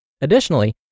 Additionally